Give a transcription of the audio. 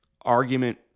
argument